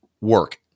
work